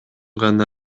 гана